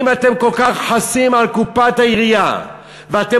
אם אתם כל כך חסים על קופת העירייה ואתם